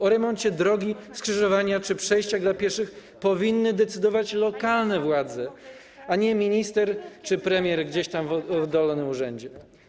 O remoncie drogi, skrzyżowania czy przejścia dla pieszych powinny decydować lokalne władze, a nie minister czy premier gdzieś tam w oddalonym urzędzie.